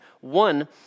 One